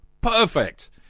Perfect